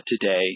today